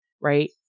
right